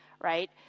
right